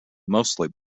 mostly